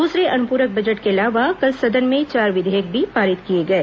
दूसरे अनुपूरक बजट के अलावा कल सदन में चार विधेयक भी पारित किए गए